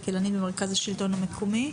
כלכלנית במרכז השלטון המקומי.